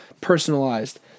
personalized